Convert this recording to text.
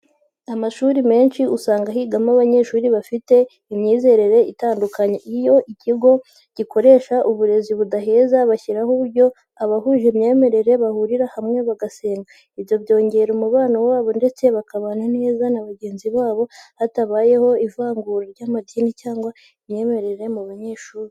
Amashuri menshi usanga higamo abanyeshuri bafite imyizerere itandukanye, iyo icyo kigo gikoresha uburezi budaheza bashyiraho uburyo abahuje imyemerere bahurira hamwe bagasenga, ibyo byongera umubano wabo ndetse bakabana neza na bagenzi babo hatabayeho ivangura ry'amadini cyangwa imyemerere mu banyeshuri.